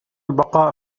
البقاء